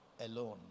alone